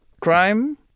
Crime